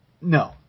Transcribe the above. No